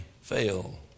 fail